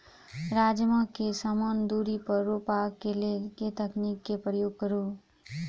राजमा केँ समान दूरी पर रोपा केँ लेल केँ तकनीक केँ प्रयोग करू?